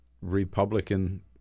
Republican